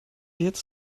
jetzt